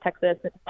Texas